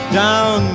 down